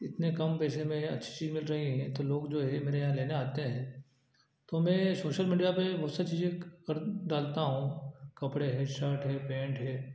इतने कम पैसे में अच्छी मिल रही हैं तो लोग जो हैं मेरे यहाँ लेने आते हैं तो मैं सोशल मीडिया पर बहुत सारी चीज़ें कर डालता हूँ कपड़े हैं शर्ट हैं पेंट हैं